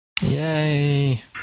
Yay